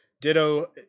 Ditto